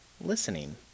listening